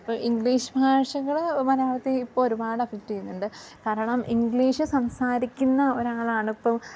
അപ്പം ഇംഗ്ലീഷ് ഭാഷകൾ മലയാളത്തിൽ ഇപ്പോൾ ഒരുപാട് എഫക്റ്റ് ചെയ്യുന്നുണ്ട് കാരണം ഇംഗ്ലീഷ് സംസാരിക്കുന്ന ഒരാളാണിപ്പം